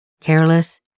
careless